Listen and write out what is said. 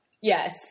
Yes